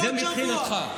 בעוד שבוע.